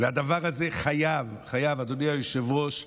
הדבר הזה חייב, חייב, אדוני היושב-ראש,